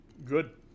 Good